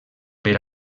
per